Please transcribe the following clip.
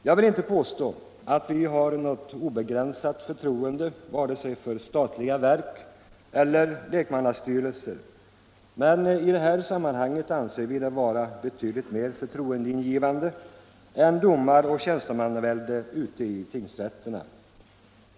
Jag vill inte påstå att vi har något obegränsat förtroende för vare sig statliga verk eller lekmannastyrelser, men i det här sammanhanget anser vi dem vara betydligt mer förtroendeingivande än domaroch tjänstemannavälde ute i tingsrätterna.